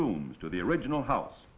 rooms to the original house